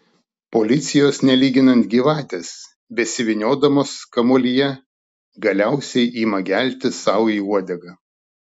policijos nelyginant gyvatės besivyniodamos kamuolyje galiausiai ima gelti sau į uodegą